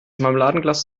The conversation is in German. marmeladenglas